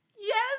Yes